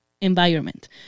environment